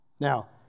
Now